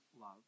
love